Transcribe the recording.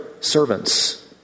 servants